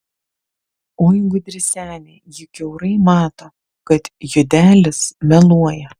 oi gudri senė ji kiaurai mato kad judelis meluoja